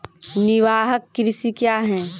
निवाहक कृषि क्या हैं?